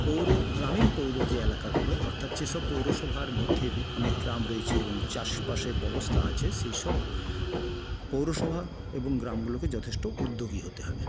পৌর গ্রামীণ পৌর যে এলাকাগুলো অর্থাৎ যেসব পৌরসভার মধ্যে অনেক গ্রাম রয়েছে এবং চাষবাসের ব্যবস্থা আছে সেই সব পৌরসভা এবং গ্রামগুলোকে যথেষ্ট উদ্যোগী হতে হবে